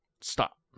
Stop